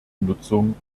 nutzung